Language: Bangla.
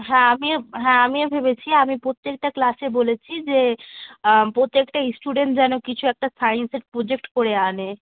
হ্যাঁ আমিও হ্যাঁ আমিও ভেবেছি আমি প্রত্যেকটা ক্লাসে বলেছি যে প্রত্যেকটা স্টুডেন্ট যেন কিছু একটা সাইন্সের প্রোজেক্ট করে আনে